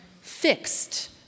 fixed